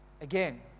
Again